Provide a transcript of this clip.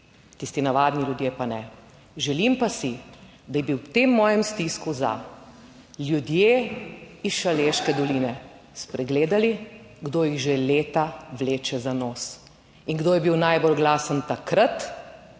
tisti navadni ljudje pa ne. Želim pa si, da bi v tem mojem stisku za ljudje iz Šaleške doline spregledali kdo jih že leta vleče za nos in kdo je bil najbolj glasen takrat